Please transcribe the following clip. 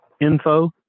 info